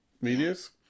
medias